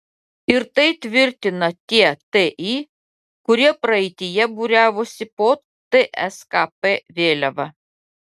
ir tai tvirtina tie ti kurie praeityje būriavosi po tskp vėliava